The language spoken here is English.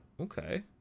Okay